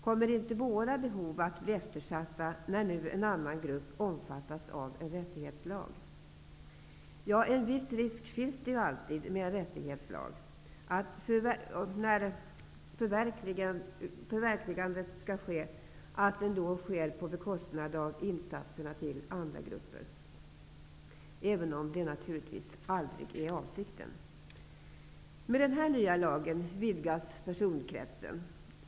Kommer inte våra behov att bli eftersatta när en annan grupp nu omfattas av en rättighetslag? En viss risk finns ju alltid med en rättighetslag, så att förverkligandet av den inte sker på bekostnad av insatserna till andra grupper -- även om det naturligtvis aldrig är avsikten. Med den här nya lagen vidgas personkretsen.